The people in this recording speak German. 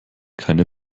keine